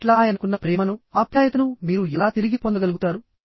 మీ పట్ల ఆయనకున్న ప్రేమను ఆప్యాయతను మీరు ఎలా తిరిగి పొందగలుగుతారు